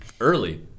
early